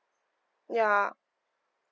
ya